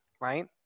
right